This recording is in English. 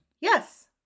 yes